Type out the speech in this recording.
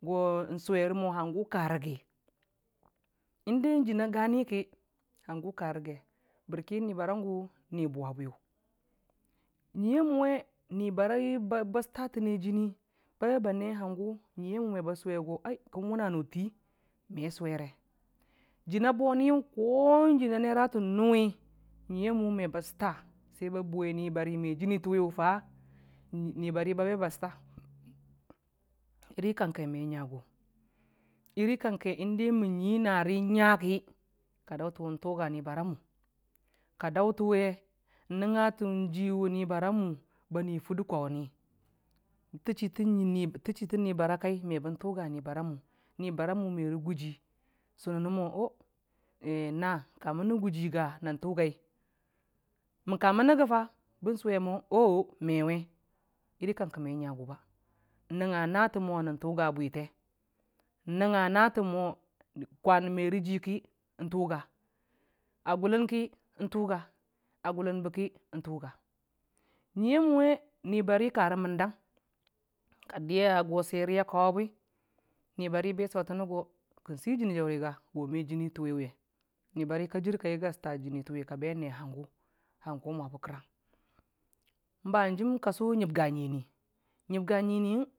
Gon sʊwerəmo hangu ka rəgi indai Jəna gani ki hənga ka gəre bəri ni barangʊ Ni bʊwa bwiyʊ nyui ya mʊwe ni bari ba sʊta təne jəni ba be bane hang nyuiyamu we meba sʊwe go kəgə wʊna ti me sʊwere jəna boniyʊ ko Jəna nera tə nʊwi nyiya mʊwe meba sʊta sai ba bʊwe nibari me jʊni tʊwi wʊ fa ma Nibari ba be ba sʊta mən nyii nari ngaki ka dautənwe mtʊga nibaramu, ka daʊtənwe nnəngnga tʊn ji nibariyamʊ ba nui fʊrdə kaʊwʊnni bətə chitən nibari a kai mebən tʊg nibariyanmu nibariyamʊ merə gʊji ka daʊtənwe sʊwe mo na kamə nə gʊji ga nən tʊgai mən kamənəge fa ooh maiwai iri kəngke me ngagu nəngna nate mo maki nan tuga bwite nəngnga nate mo kwan merəji nən tʊga a gʊlənki nan tʊga a gʊlənbe ki nən tʊga nyuiya mʊwe nibari karə məndang ka diya go swerri a kawabwi nibari abe sotəne go kən si jəni jauri ga go me jəni tʊwiwe nibari ka jər a kabe a sʊta Jəni tʊwi a be gəre kən ne hangu, hangu a mwabe kəran, baan hanjin ka sʊ ngəbga nyuini nyəbga nguiniyə.